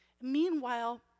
Meanwhile